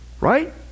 right